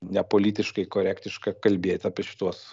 nepolitiškai korektiška kalbėt apie šituos